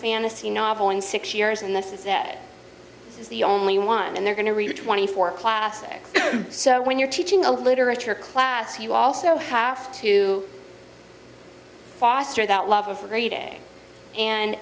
fantasy novel in six years in the sense that it is the only one and they're going to read it twenty four classics so when you're teaching a literature class you also have to foster that love of reading and